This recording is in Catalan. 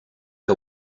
que